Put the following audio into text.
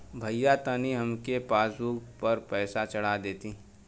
भईया तनि हमरे पासबुक पर पैसा चढ़ा देती